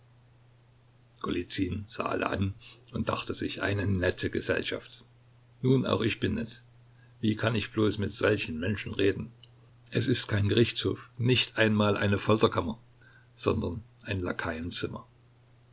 sah alle an und dachte sich eine nette gesellschaft nun auch ich bin nett wie kann ich bloß mit solchen menschen reden es ist kein gerichtshof nicht einmal eine folterkammer sondern ein lakaienzimmer